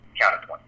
counterpoint